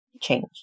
change